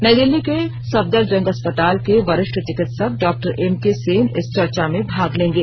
नई दिल्ली के सफदरजंग अस्पताल के वरिष्ठ चिकित्सक डॉक्टर एमके सेन इस चर्चा में भाग लेंगे